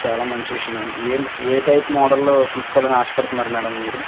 చాలా మంచి విషయం మ్యాడం ఏం ఏ టైప్ మోడల్లో తీసుకోవాలని ఆశ పడుతున్నారు మ్యాడం మీరు